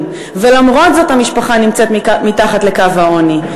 ולמרות זאת המשפחה נמצאת מתחת לקו העוני.